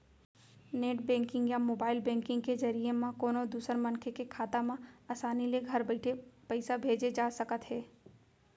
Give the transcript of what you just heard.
net banking या mobile banking के जरिए म कोनों दूसर मनसे के खाता म आसानी ले घर बइठे पइसा भेजे जा सकत हे